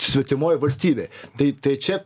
svetimoj valstybėj tai tai čia